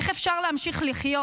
איך אפשר להמשיך לחיות?